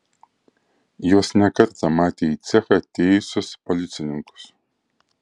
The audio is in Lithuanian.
jos ne kartą matė į cechą atėjusius policininkus